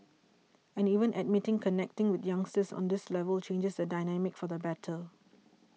and even admitting connecting with youngsters on this level changes the dynamics for the better